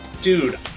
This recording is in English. Dude